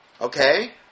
Okay